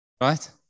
Right